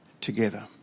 together